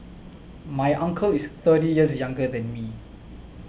my uncle is thirty years younger than me